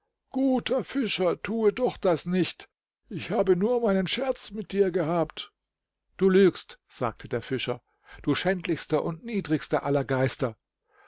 guter fischer tue doch das nicht ich habe nur meinen scherz mit dir gehabt du lügst sagte der fischer du schändlichster und niedrigster aller geister